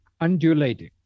undulating